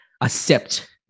accept